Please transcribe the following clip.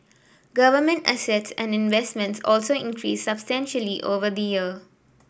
government assets and investments also increased substantially over the year